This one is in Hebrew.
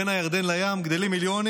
בין הירדן לים גדלים מיליונים